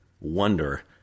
wonder